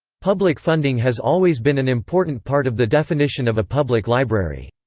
public funding has always been an important part of the definition of a public library.